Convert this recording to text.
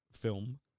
film